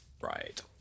right